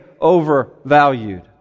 overvalued